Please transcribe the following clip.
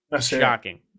Shocking